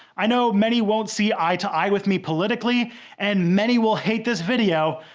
i know many won't see eye to eye with me politically and many will hate this video,